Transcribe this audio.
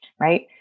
right